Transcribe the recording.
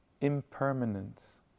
impermanence